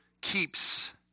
keeps